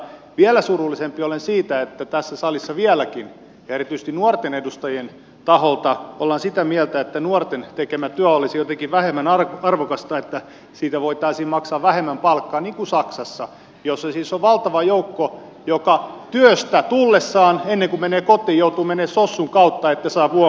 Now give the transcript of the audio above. vielä surullisempi olen siitä että tässä salissa vieläkin ja erityisesti nuorten edustajien taholla ollaan sitä mieltä että nuorten tekemä työ olisi jotenkin vähemmän arvokasta niin että siitä voitaisiin maksaa vähemmän palkkaa niin kuin saksassa jossa siis on valtava joukko joka työstä tullessaan ennen kuin menee kotiin joutuu menemään sossun kautta että saa vuokran maksettua